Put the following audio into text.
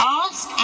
ask